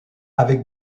avec